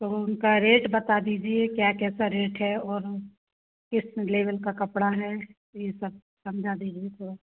तो उनका रेट बता दीजिए क्या कैसा रेट है और किस लेवल का कपड़ा है ये सब समझा दीजिए फिर